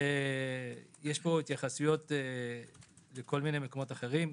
יש כאן התייחסות לכל מיני מקומות אחרים,